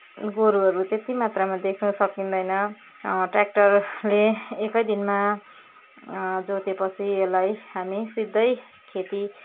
गोरुहरू त्यति मात्रामा देख्नु सकिँदैन ट्रयाक्टरले एकै दिनमा जोतेपछि यसलाई हामी सिधै खेती